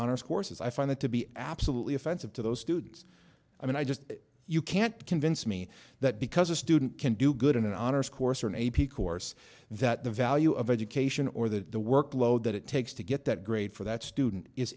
honors courses i find that to be absolutely offensive to those students i mean i just you can't convince me that because a student can do good in an honors course or an a p course that the value of education or the workload that it takes to get that grade for that student is